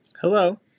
Hello